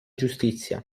giustizia